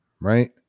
right